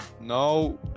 No